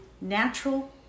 natural